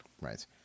Right